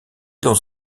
dans